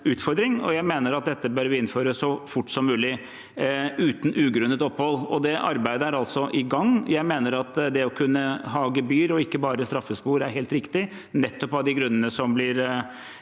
og jeg mener at vi bør innføre dette så fort som mulig, uten ugrunnet opphold. Det arbeidet er altså i gang. Jeg mener at det å kunne ha gebyr og ikke bare straffespor er helt riktig, nettopp av de grunnene som blir